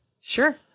Sure